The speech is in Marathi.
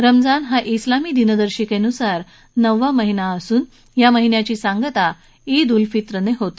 रमजान हा उलामी दिनदर्शिकेनुसार नववा महिना असून या महिन्याची सांगता वि उल फितरने होते